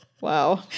Wow